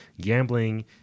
Gambling